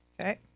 Okay